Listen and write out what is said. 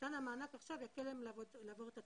מתן המענק עכשיו יקל עליהם לעבור את התקופה.